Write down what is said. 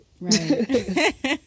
Right